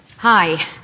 Hi